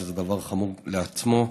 שזה דבר חמור כשלעצמו.